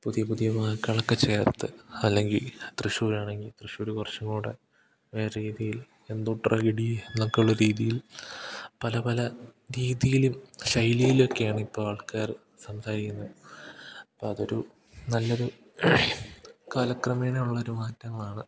പുതിയ പുതിയ വാക്കുകളൊക്കെ ചേർത്ത് അല്ലെങ്കിൽ തൃശ്ശൂരാണെങ്കിൽ തൃശ്ശൂർ കുറച്ചുംകൂടി വേറെ രീതിയിൽ എന്തുട്ര ഗെടി എന്നൊക്കെയുള്ള രീതിയിൽ പല പല രീതിയിലും ശൈലിയിലൊക്കെയാണ് ഇപ്പോൾ ആൾക്കാർ സംസാരിക്കുന്നത് അപ്പോൾ അതൊരു നല്ലൊരു കാലക്രമേണയുള്ളൊരു മാറ്റങ്ങളാണ്